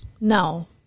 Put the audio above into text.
No